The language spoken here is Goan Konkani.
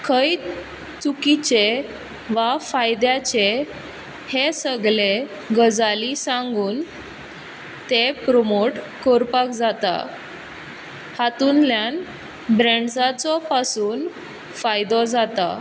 खंय चुकीचें वा फायद्याचें हें सगलें गजाली सांगून तें प्रोमोट करपाक जाता हातूंतल्यान ब्रेंड्साचो पासून फायदो जाता